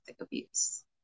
abuse